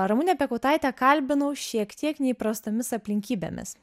ramunę piekautaitę kalbinau šiek tiek neįprastomis aplinkybėmis